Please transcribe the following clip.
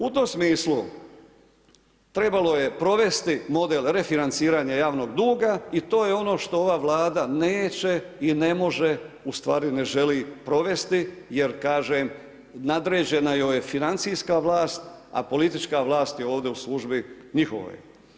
U tom smislu trebalo je provesti model refinanciranja javnog duga i to je ono što ova Vlada neće i ne može, ustvari ne želi provesti jer kažem nadređena joj je financijska vlast, a politička vlast je ovdje u službi njihovoj.